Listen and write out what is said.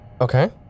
Okay